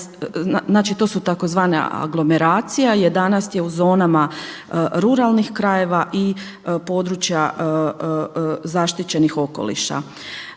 to su tzv. aglomeracija, 11 je u zonama ruralnih krajeve i područja zaštićenih okoliša.